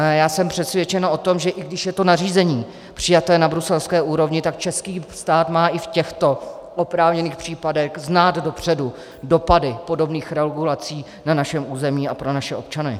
Já jsem přesvědčen o tom, že i když je to nařízení přijaté na bruselské úrovni, tak český stát má i v těchto oprávněných případech znát dopředu dopady podobných regulací na našem území a pro naše občany.